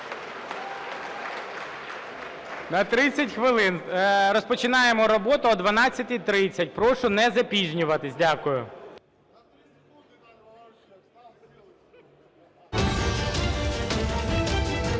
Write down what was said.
на 30 хвилин. Розпочинаємо роботу о 12:30. Прошу не запізнюватись. Дякую. (Після